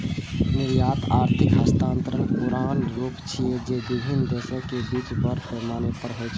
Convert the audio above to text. निर्यात आर्थिक हस्तांतरणक पुरान रूप छियै, जे विभिन्न देशक बीच बड़ पैमाना पर होइ छै